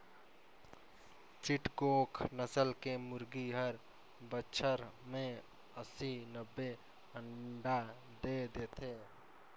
चिटगोंग नसल के मुरगी हर बच्छर में अस्सी, नब्बे अंडा दे देथे